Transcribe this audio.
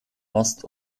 ost